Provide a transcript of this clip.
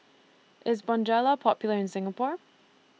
IS Bonjela Popular in Singapore